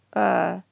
uh